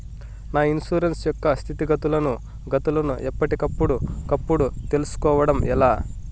నా ఇన్సూరెన్సు యొక్క స్థితిగతులను గతులను ఎప్పటికప్పుడు కప్పుడు తెలుస్కోవడం ఎలా?